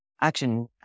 Action